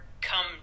come